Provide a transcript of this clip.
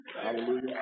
Hallelujah